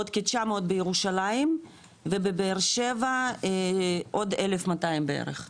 עוד כ-900 בירושלים ובבאר שבע עוד 1,200 בערך,